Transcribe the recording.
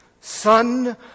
Son